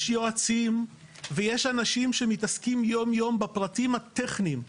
יועצים ויש אנשים שמתעסקים יום יום בפרטים הטכניים.